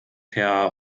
herr